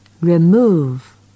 remove